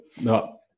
No